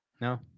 No